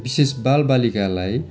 विशेष बाल बालिकालाई